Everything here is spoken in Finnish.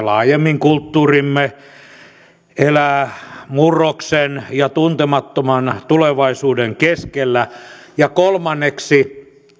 laajemmin kulttuurimme elää murroksen ja tuntemattoman tulevaisuuden keskellä ja kolmanneksi